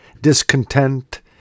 discontent